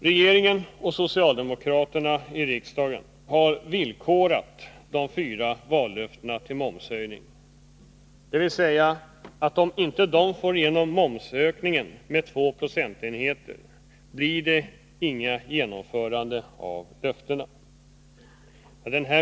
Regeringen och socialdemokraterna i riksdagen har villkorat de fyra vallöftena till momshöjningen, dvs. att om man inte får igenom förslaget om en höjning av momsen med två procentenheter blir det inget fullföljande av löftena.